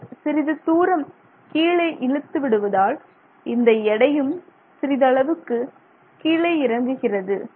நீங்கள் சிறிது தூரம் கீழே இழுத்து விடுவதால் இந்த எடையும் சிறிது அளவுக்கு கீழே இறங்குகிறது